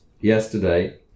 yesterday